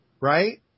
right